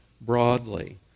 broadly